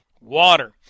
Water